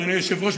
אדוני היושב-ראש,